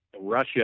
Russia